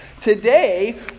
Today